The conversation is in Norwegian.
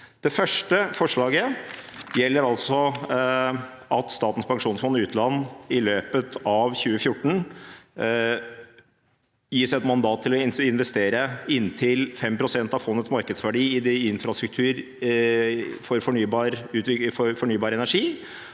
Det første forslaget gjelder altså at Statens pensjonsfond utland i løpet av 2014 gis et mandat til å investere inntil 5 pst. av fondets markedsverdi i infrastruktur for fornybar energi.